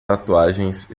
tatuagens